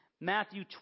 Matthew